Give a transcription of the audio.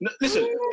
Listen